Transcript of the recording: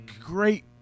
great